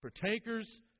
Partakers